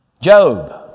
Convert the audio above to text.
Job